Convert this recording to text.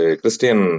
Christian